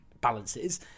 balances